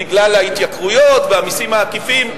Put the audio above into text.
בגלל ההתייקרויות והמסים העקיפים.